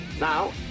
Now